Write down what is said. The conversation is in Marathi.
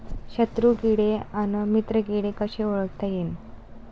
शत्रु किडे अन मित्र किडे कसे ओळखता येईन?